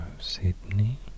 Sydney